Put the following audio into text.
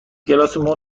کلاسمون